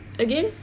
again